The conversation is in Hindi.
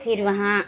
फिर वहाँ